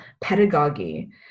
pedagogy